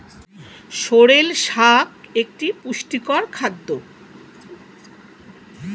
sorrel শাক একটি পুষ্টিকর খাদ্য